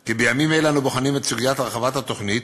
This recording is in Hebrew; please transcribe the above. כי בימים אלה אנו בוחנים את סוגיית הרחבת התוכנית.